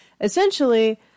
Essentially